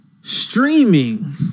streaming